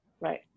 right